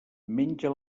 menja